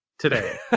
today